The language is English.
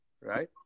right